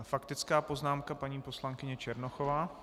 Faktická poznámka paní poslankyně Černochová.